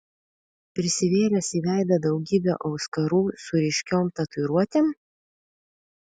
prisivėręs į veidą daugybę auskarų su ryškiom tatuiruotėm